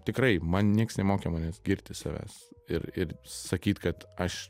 tikrai man nieks nemokė manęs girti savęs ir ir sakyt kad aš